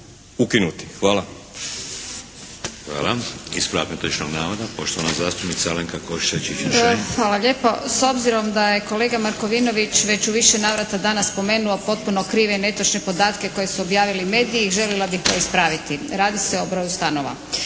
Vladimir (HDZ)** Hvala. Ispravak netočnog navoda poštovana zastupnica Alenka Košiša Čičin-Šain. **Košiša Čičin-Šain, Alenka (HNS)** Hvala lijepo. S obzirom da je kolega Markovinović već u više navrata danas spomenuo potpuno krive i netočne podatke koje su objavili mediji željela bih to ispraviti. Radi se o broju stanova.